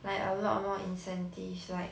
like a lot more incentives like